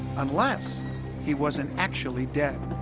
unless he wasn't actually dead